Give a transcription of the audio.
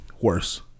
Worse